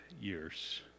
years